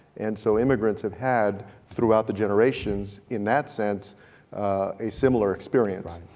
and so immigrants have had throughout the generations in that sense a similar experience.